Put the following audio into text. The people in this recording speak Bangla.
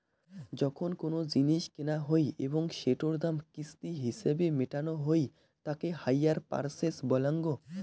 যখন কোনো জিনিস কেনা হই এবং সেটোর দাম কিস্তি হিছেবে মেটানো হই তাকে হাইয়ার পারচেস বলাঙ্গ